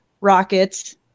rockets